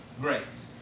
grace